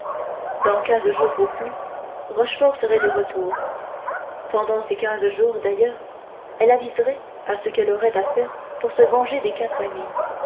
dans quinze jours au plus rochefort serait de retour pendant ces quinze jours d'ailleurs elle aviserait à ce qu'elle aurait à faire pour se venger des quatre amis